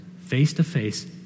face-to-face